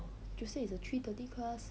tuesday is a three thirty class